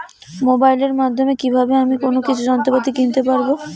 মোবাইলের মাধ্যমে কীভাবে আমি কোনো কৃষি যন্ত্রপাতি কিনতে পারবো?